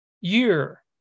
year